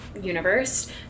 universe